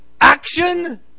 action